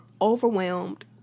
overwhelmed